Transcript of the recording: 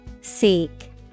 Seek